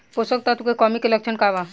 पोषक तत्व के कमी के लक्षण का वा?